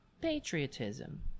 patriotism